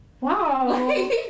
Wow